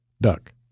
Duck